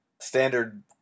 Standard